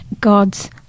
God's